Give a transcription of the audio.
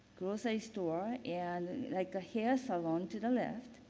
grocery store, and like ah hair salon to the left.